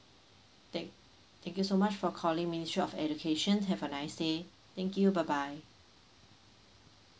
thank thank you so much for calling ministry of education have a nice day thank you bye bye